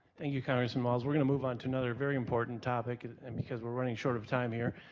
thank you congressman walz. we're going to move on to another very important topic, and and because we're running short of time here,